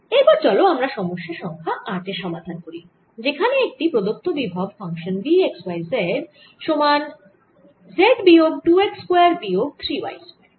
এরপর চলো আমরা সমস্যা সংখ্যা 8 এর সমাধান করি যেখানে একটি প্রদত্ত বিভব function V x y z সমান z বিয়োগ 2 x স্কয়ার বিয়োগ 3 y স্কয়ার